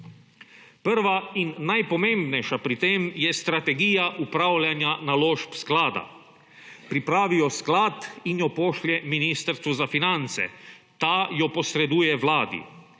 Prva in najpomembnejša pri tem je strategija upravljanja naložb sklada. Pripravi jo sklad in jo pošlje ministrstvu za finance, ta jo posreduje vladi.